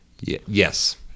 yes